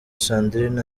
sandrine